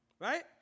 right